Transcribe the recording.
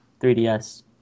3DS